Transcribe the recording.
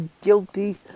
guilty